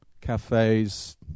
cafes